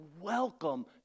welcome